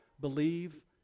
Believe